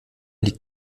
liegt